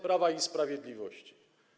Prawa i Sprawiedliwości.